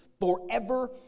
forever